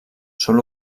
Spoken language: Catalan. sol